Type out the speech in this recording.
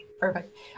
Perfect